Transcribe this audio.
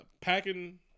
packing